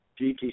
GTC